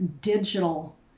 digital